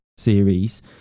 Series